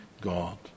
God